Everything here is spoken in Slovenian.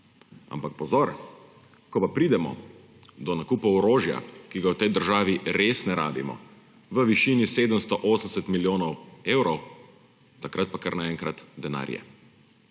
Ampak pozor! Ko pa pridemo do nakupa orožja, ki ga v tej državi res ne rabimo, v višini 780 milijonov evrov, takrat pa kar naenkrat denar je.